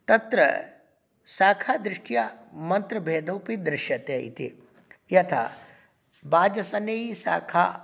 तत्र शाखादृष्ट्या मन्त्रभेदोऽपि दृश्यते इति यथा वाजसनेयी शाखा